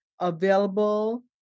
available